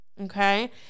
Okay